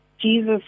Jesus